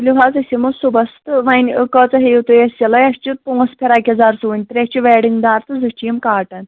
تُلِو حظ أسۍ یِمو صُبَس تہٕ وۄنۍ کۭژاہ ہیٚیِو تُہۍ اَسہِ سِلٲے اَسہِ چھِ پٕانٛژھ فِراک یَزار سُوٕنۍ ترٛےٚ چھِ ویڈِنٛگ دار تہٕ زٕ چھِ یِم کاٹَن